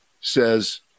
says